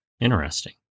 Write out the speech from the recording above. Interesting